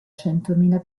centomila